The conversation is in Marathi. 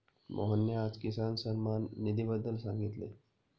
मोहनने आज किसान सन्मान निधीबद्दल सांगितले